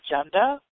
agenda